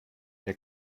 ihr